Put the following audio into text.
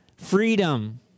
Freedom